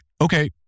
okay